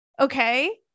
Okay